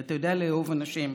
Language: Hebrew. אתה יודע לאהוב אנשים,